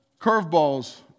curveballs